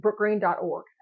Brookgreen.org